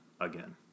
again